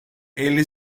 elli